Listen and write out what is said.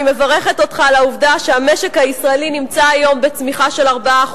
אני מברכת אותך על העובדה שהמשק הישראלי נמצא היום בצמיחה של 4%,